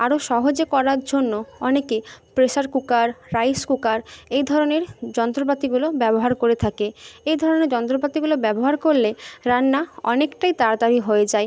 আরও সহজে করার জন্য অনেকে প্রেসার কুকার রাইস কুকার এই ধরনের যন্ত্রপাতিগুলো ব্যবহার করে থাকে এই ধরনের যন্ত্রপাতিগুলো ব্যবহার করলে রান্না অনেকটাই তাড়াতাড়ি হয়ে যায়